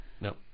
No